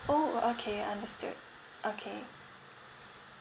oh okay understood okay